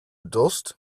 durst